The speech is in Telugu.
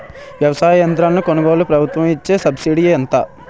వ్యవసాయ యంత్రాలను కొనుగోలుకు ప్రభుత్వం ఇచ్చే సబ్సిడీ ఎంత?